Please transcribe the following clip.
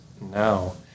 Now